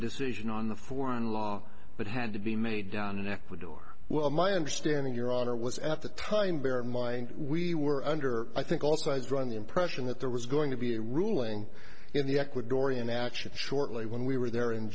decision on the foreign law but had to be made down in ecuador well my understanding your honor was at the time bear in mind we were under i think also i was drawing the impression that there was going to be a ruling in the ecuadorian action shortly when we were there in